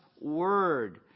word